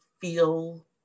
feel